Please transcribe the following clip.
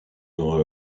dans